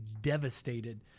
devastated